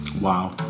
Wow